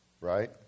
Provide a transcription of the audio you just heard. right